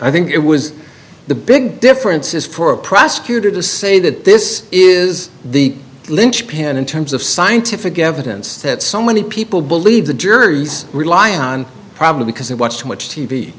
i think it was the big difference is for a prosecutor to say that this is the linchpin in terms of scientific evidence that so many people believe the jury is relying on probably because they watch too much t